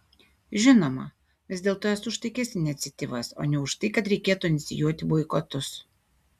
žinoma vis dėlto esu už taikias iniciatyvas o ne už tai kad reikėtų inicijuoti boikotus